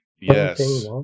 Yes